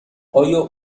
آیا